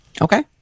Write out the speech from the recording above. Okay